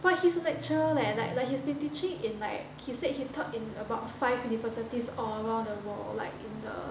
but he's a lecturer leh like like he's been teaching in like he said he taught in about five universities all around the world like in the